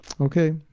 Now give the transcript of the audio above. okay